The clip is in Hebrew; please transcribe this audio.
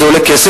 זה עולה כסף,